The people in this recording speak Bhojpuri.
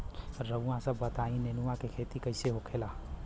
रउआ सभ बताई नेनुआ क खेती कईसे होखेला?